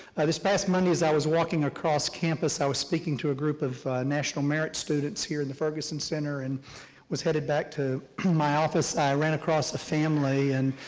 this past monday as i was walking across campus, i was speaking to a group of national merit students here in the ferguson center and was headed back to my office, i ran across the family and,